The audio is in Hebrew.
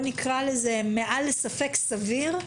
מעל לספק סביר,